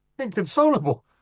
Inconsolable